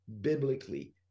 biblically